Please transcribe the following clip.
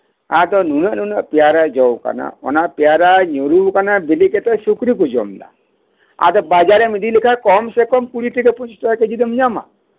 ᱟᱫᱚ ᱱᱩᱱᱟᱹᱜ ᱱᱩᱱᱟᱹᱜ ᱯᱮᱭᱟᱨᱟ ᱡᱚ ᱟᱠᱟᱱᱟ ᱚᱱᱟ ᱯᱮᱭᱟᱨᱟ ᱧᱩᱨᱦᱩ ᱟᱠᱟᱱᱟ ᱵᱤᱞᱤ ᱠᱟᱛᱮᱫ ᱥᱩᱠᱨᱤ ᱠᱚ ᱡᱚᱢ ᱮᱫᱟ ᱟᱫᱚ ᱵᱟᱡᱟᱨ ᱮᱢ ᱤᱫᱤ ᱞᱮᱠᱷᱟᱱ ᱠᱚᱢᱥᱮ ᱠᱚᱢ ᱠᱩᱲᱤ ᱴᱟᱠᱟ ᱯᱚᱸᱪᱤᱥ ᱴᱟᱠᱟ ᱫᱚᱢ ᱧᱟᱢᱟ